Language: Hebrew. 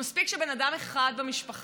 מספיק שבן אדם אחד במשפחה,